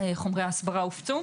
חומרי הסברה הופצו.